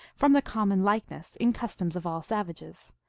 from the common likeness in customs of all savages.